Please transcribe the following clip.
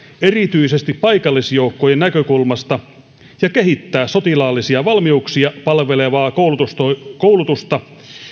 erityisesti paikallisjoukkojen näkökulmasta ja kehittää sotilaallisia valmiuksia palvelevaa koulutusta koulutusta